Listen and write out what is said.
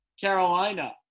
Carolina